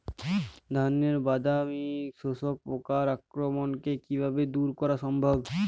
ধানের বাদামি শোষক পোকার আক্রমণকে কিভাবে দূরে করা সম্ভব?